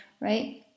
right